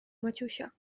maciusia